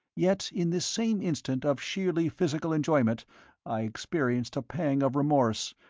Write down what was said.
yet in this same instant of sheerly physical enjoyment i experienced a pang of remorse,